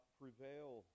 prevail